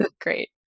Great